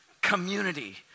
community